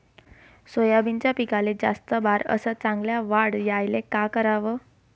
सोयाबीनच्या पिकाले जास्त बार अस चांगल्या वाढ यायले का कराव?